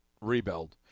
rebuild